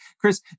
Chris